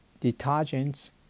detergents